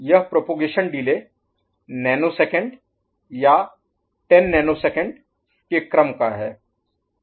यह propagation delay nanosecond या 10 nanosecond के क्रम का है